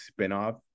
spinoff